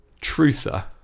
truther